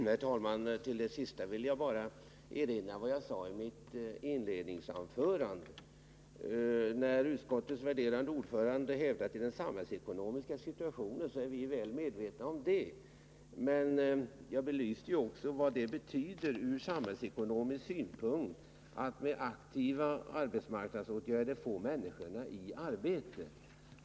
Herr talman! Beträffande det sista vill jag bara erinra om vad jag sade i mitt inledningsanförande. Utskottets värderade ordförande hänvisade till den samhällsekonomiska situationen, men jag vill säga att vi är väl medvetna om denna. Jag belyste emellertid vad det från samhällsekonomisk synpunkt betyder, om man med arbetsmarknadsåtgärder kan få människorna i arbete.